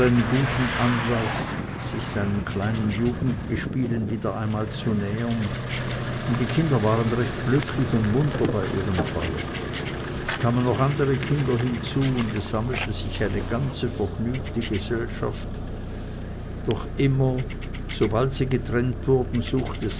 guten anlaß sich seinem kleinen jugendgespielen wieder einmal zu nähern und die kinderwaren recht glücklich und munter bei ihrem feuer es kamen noch andere kinder hinzu und es sammelte sich eine ganze vergnügte gesellschaft doch immer sobald sie getrennt wurden suchte